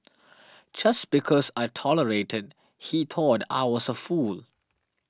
just because I tolerated he thought I was a fool